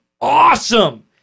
awesome